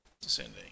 Descending